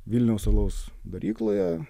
vilniaus alaus darykloje